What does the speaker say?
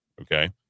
okay